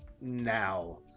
now